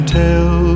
tell